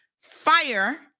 fire